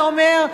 אתה אומר,